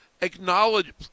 acknowledge